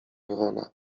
wrona